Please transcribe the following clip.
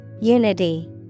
Unity